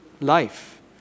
life